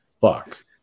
fuck